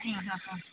ആ ഹാ ഹാ